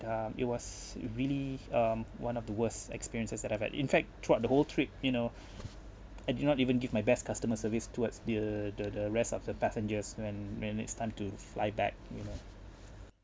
um it was really um one of the worst experiences that I've had in fact throughout the whole trip you know I did not even give my best customer service towards their the the rest of the passengers when when it's time to fly back you know